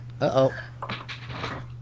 Uh-oh